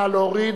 נא להוריד.